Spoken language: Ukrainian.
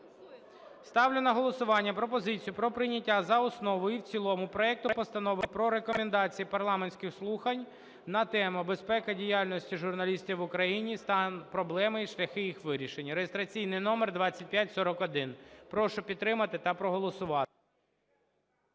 Ставлю на голосування пропозицію про прийняття за основу і в цілому проекту Постанови про Рекомендації парламентських слухань на тему: "Безпека діяльності журналістів в Україні: стан, проблеми і шляхи їх вирішення" (реєстраційний номер 2541). Прошу підтримати та проголосувати.